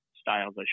styles